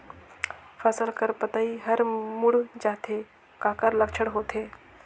फसल कर पतइ हर मुड़ जाथे काकर लक्षण होथे?